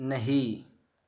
نہیں